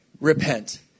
Repent